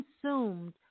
consumed